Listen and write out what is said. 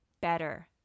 better